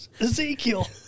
Ezekiel